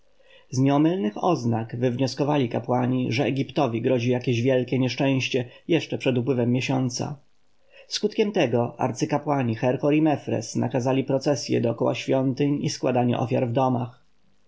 nieomylnych oznak wywnioskowali kapłani że egiptowi grozi jakieś wielkie nieszczęście jeszcze przed upływem miesiąca skutkiem tego arcykapłani herhor i mefres nakazali procesje dokoła świątyń i składanie ofiar w domach